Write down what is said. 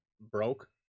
Broke